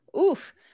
oof